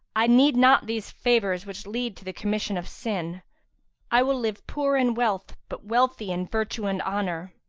i need not these favours which lead to the commission of sin i will live poor in wealth but wealthy in virtue and honour.